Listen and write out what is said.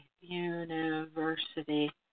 university